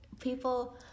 people